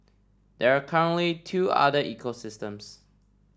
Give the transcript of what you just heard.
there are currently two other ecosystems